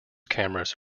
cameras